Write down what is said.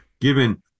given